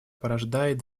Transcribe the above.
порождает